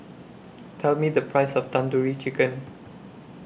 Tell Me The Price of Tandoori Chicken